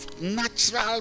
natural